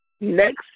next